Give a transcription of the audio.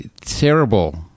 terrible